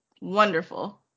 wonderful